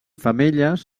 femelles